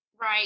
Right